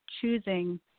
choosing